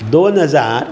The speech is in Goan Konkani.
दोन हजार